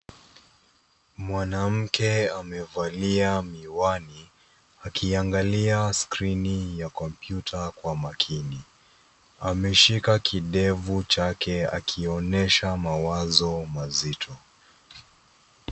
Mwanamke amevalia miwani, akiangalia skrini ya kompyuta kwa makini. Ameshika kidevu chake akionyesha mawazo mazito.